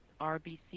RBC